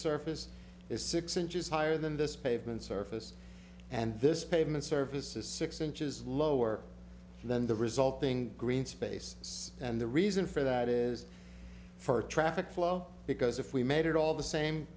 surface is six inches higher than this pavement surface and this pavement service is six inches lower than the resulting greenspace and the reason for that is for traffic flow because if we made it all the same